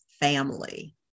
family